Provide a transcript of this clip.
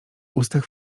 ustach